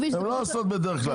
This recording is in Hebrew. הן לא עושות בדרך כלל.